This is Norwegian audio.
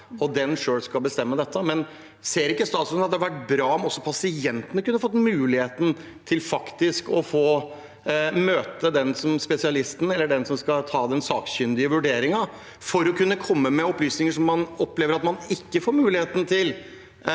selv skal bestemme dette. Ser ikke statsråden at det hadde vært bra om også pasientene kunne fått muligheten til faktisk å få møte den spesialisten som skal ta den sakkyndige vurderingen, for å kunne komme med opplysninger man opplever at man ikke får eller har